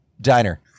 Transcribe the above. Diner